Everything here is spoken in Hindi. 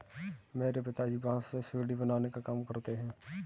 मेरे पिताजी बांस से सीढ़ी बनाने का काम करते हैं